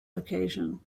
occasion